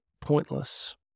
pointless